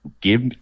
give